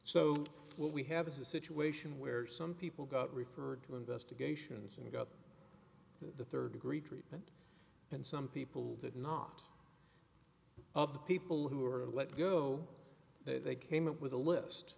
so what we have is a situation where some people got referred to investigations and got the third degree treatment and some people did not of the people who were let go they came up with a list